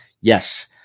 Yes